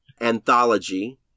anthology